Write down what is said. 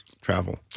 travel